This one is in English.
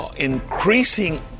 increasing